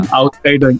outside